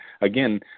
Again